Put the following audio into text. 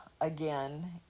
again